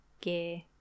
gear